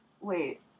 Wait